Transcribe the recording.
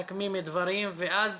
מסכמים דברים ואז